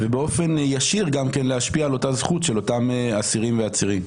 ובאופן ישיר גם כן להשפיע על אותה זכות של אותם אסירים ועצירים.